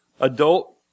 adult